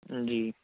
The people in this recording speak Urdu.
جی